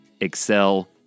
excel